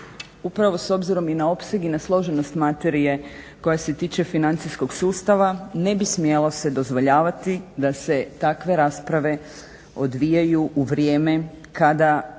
upravo s obzirom i na opseg i na složenost materije koja se tiče financijskog sustava ne bi smjelo se dozvoljavati da se takve rasprave odvijaju kada